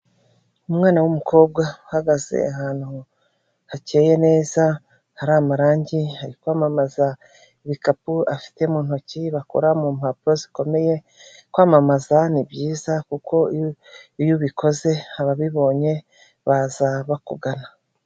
Umwana w'umukobwa uhagaze ahantu hakeye neza hari amarangi, ari kwamamaza ibikapu afite mu ntoki, bakora mu mpapuro zikomeye, kwamamaza ni byiza kuko iyo ubikoze ababibonye baza bakugana.